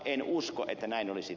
en usko että näin olisi